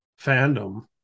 fandom